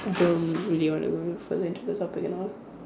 I don't really want to go further into the topic at all